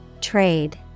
Trade